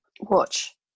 watch